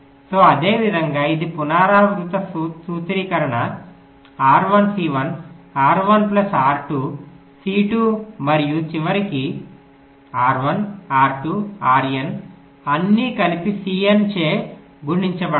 సోఅదే విధంగా ఇది పునరావృత సూత్రీకరణ R1 C1 R1 plus R2 C2 మరియు చివరికి R1 R2 RN అన్నీ కలిపి CN చే గుణించబడతాయి